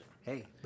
hey